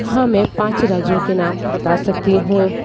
हां मैं पांच राज्यों के नाम बता सकती हूं